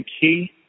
Key